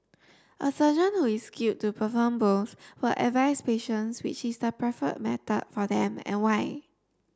a surgeon who is skilled to perform both will advise patients which is the preferred method for them and why